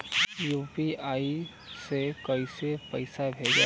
UPI से कईसे पैसा भेजब?